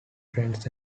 friends